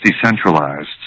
decentralized